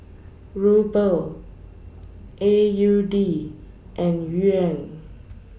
Ruble A U D and Yuan